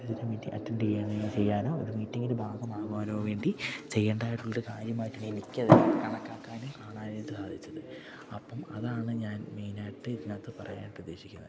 ഒരു meeting attend ചെയ്യുവാനായി ചെയ്യുവാനോ ഒരു മീറ്റിങിന് ഭാഗമാകാനോ വേണ്ടി ചെയ്യേണ്ടതായിട്ടുള്ളൊരു കാര്യമായിട്ട് എനിക്കതിനെ കണക്കാക്കാനും കാണാനായിട്ടും സാധിച്ചത് അപ്പം അതാണ് ഞാൻ മെയിനായിട്ട് ഇതിനകത്ത് പറയാനായിട്ട് ഉദ്ദേശിക്കുന്നത്